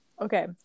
Okay